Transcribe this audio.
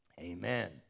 Amen